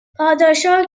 پادشاه